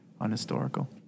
unhistorical